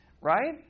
right